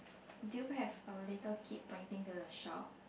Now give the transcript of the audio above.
do you have a little kid pointing to the shop